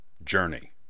Journey